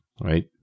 Right